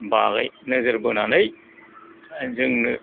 बागै नोजोर बोनानै जोंनो